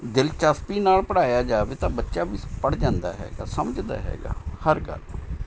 ਦਿਲਚਸਪੀ ਨਾਲ ਪੜ੍ਹਾਇਆ ਜਾਵੇ ਤਾਂ ਬੱਚਾ ਵੀ ਸ ਪੜ੍ਹ ਜਾਂਦਾ ਹੈਗਾ ਸਮਝਦਾ ਹੈਗਾ ਹਰ ਗੱਲ ਨੂੰ